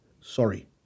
sorry